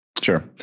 Sure